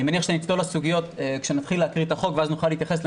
אני מניח שנצלול לסוגיות כשנתחיל להקריא את החוק,